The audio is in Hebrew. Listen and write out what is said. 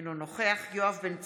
אינו נוכח יואב בן צור,